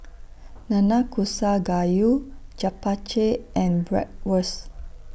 Nanakusa Gayu Japchae and Bratwurst